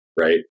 right